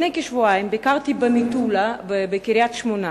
לפני כשבועיים ביקרתי במטולה ובקריית-שמונה,